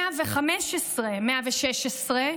115, 116,